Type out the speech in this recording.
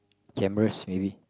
cameras maybe